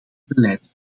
beleid